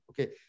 okay